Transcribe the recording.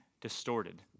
distorted